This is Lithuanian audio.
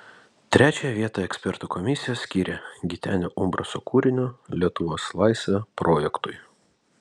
trečiąją vietą ekspertų komisija skyrė gitenio umbraso kūrinio lietuvos laisvė projektui